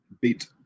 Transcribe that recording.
beat